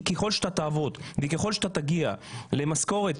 ככל שתעבוד ותגיע למשכורת,